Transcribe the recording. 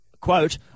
Quote